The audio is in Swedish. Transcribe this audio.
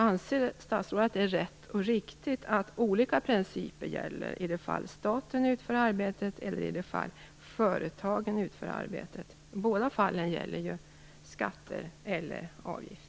Anser statsrådet att det är rätt och riktigt att olika principer gäller i det fall staten utför arbetet eller i det fall företagen utför arbetet? I båda fallen gäller ju skatter eller avgifter.